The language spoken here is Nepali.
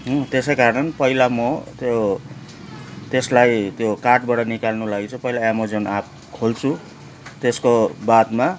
हो त्यसै कारण पहिला म त्यो त्यसलाई त्यो कार्टबाट निकाल्नु लागि चाहिँ पहिला एमाजोन एप खोल्छु त्यसको बादमा